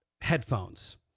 headphones